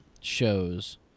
shows